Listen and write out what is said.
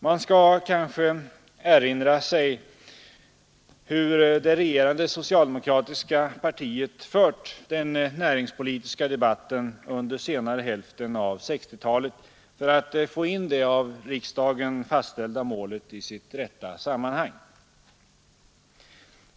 Man skall kanske erina sig hur det regerande socialdemokratiska partiet fört den näringspolitiska debatten under senare hälften av 1960-talet för att få in det av riksdagen fastställda målet i sitt rätta sammanhang.